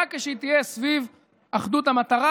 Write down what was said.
רק כשהיא תהיה סביב אחדות המטרה,